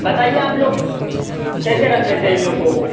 بتائیے آپ لوگ کیسے رکھ لیتے ہیں ان لوگوں کو